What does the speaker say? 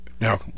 Now